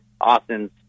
Austin's